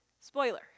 Spoiler